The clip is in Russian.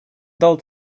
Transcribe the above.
дал